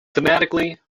thematically